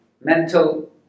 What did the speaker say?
mental